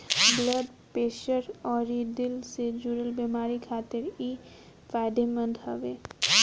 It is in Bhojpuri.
ब्लड प्रेशर अउरी दिल से जुड़ल बेमारी खातिर इ फायदेमंद हवे